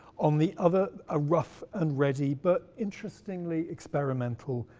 on the other, a rough and ready but, interestingly experimental,